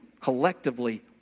collectively